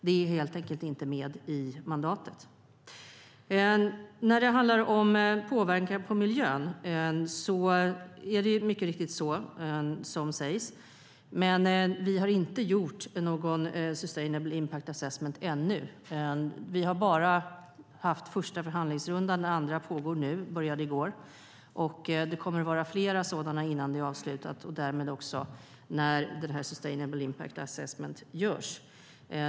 Det är helt enkelt inte med i mandatet. I fråga om påverkan på miljön är det mycket riktigt som det sägs, men vi har inte gjort någon sustainable impact assessment ännu. Vi har bara haft den första förhandlingsrundan. Den andra började i går och pågår nu. Det kommer att vara flera sådana innan det är avslutat och därmed också när sustainable impact assessment görs.